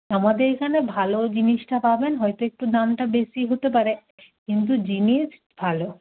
আমাদের এখানে ভালো জিনিসটা পাবেন হয়তো একটু দামটা বেশি হতে পারে কিন্তু জিনিস ভালো